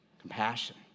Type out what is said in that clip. Compassion